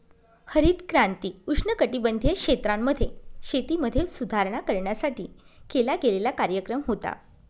हरित क्रांती उष्णकटिबंधीय क्षेत्रांमध्ये, शेतीमध्ये सुधारणा करण्यासाठी केला गेलेला कार्यक्रम होता